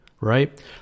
right